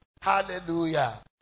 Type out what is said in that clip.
Hallelujah